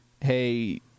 hey